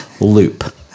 loop